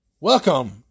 welcome